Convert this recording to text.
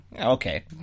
Okay